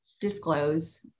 disclose